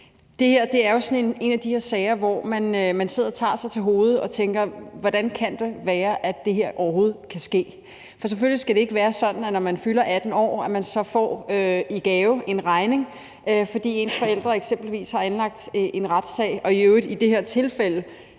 Det her er jo en af de sager, hvor man sidder og tager sig til hovedet og tænker: Hvordan kan det dog være, at det her overhovedet kan ske? Selvfølgelig skal det ikke være sådan, at man, når man fylder 18 år, får en regning i gave, fordi ens forældre eksempelvis har anlagt en retssag, og i øvrigt i det her tilfælde,